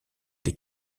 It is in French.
des